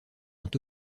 ont